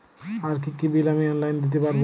আর কি কি বিল আমি অনলাইনে দিতে পারবো?